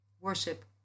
Worship